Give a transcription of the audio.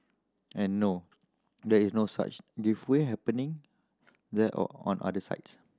and no there is no such giveaway happening there or on other sites